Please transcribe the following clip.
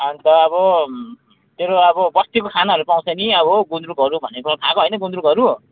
अन्त अब तेरो अब बस्तीको खानाहरू पाउँछ नि अब गुन्द्रुकहरू भनेको खाएको होइन गुन्द्रुकहरू